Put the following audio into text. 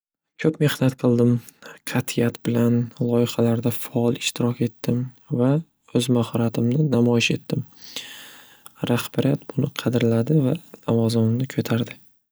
Ko'p mehnat qildim qat'iyat bilan loyihalarda faol ishtiroq etdim va o'z mahoratimni namoyish etdim rahbariyat buni qadrladi va lavozimimni ko'tardi.